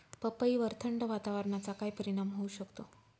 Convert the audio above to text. पपईवर थंड वातावरणाचा काय परिणाम होऊ शकतो?